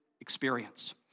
experience